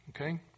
Okay